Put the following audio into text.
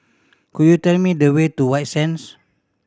could you tell me the way to White Sands